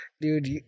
Dude